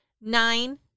Nine